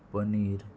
paneer